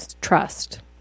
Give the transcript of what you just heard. Trust